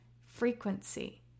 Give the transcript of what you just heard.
frequency